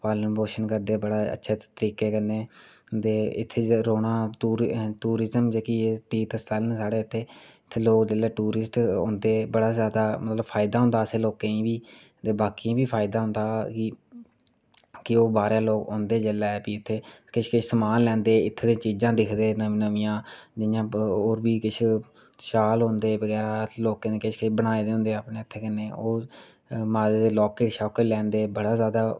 पालन पोशन करदे बड़े अच्छे तरीके नै ते इत्थें रौह्ना इत्तें जेह्ड़े तीर्थ स्थल न साढ़ै इत्थें जिसलै टूरिस्ट औंदे बड़ा जादा फायदा होंदा असें लोकें गी बी ते बाकियें गी बी फायदा होंदा कि ओहे बाह्रा दे लोग औंदे जिसलै इत्थें किश किश समान लैंदे इत्थें दियां चीजां दिखदे नमियां नमिंया जियां होर बी शाल होंदे लोकै बनाए दे होंदे अपनै हत्थैं कन्नै लाका दे लाकर शाकर लैंदे बड़ा